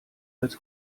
als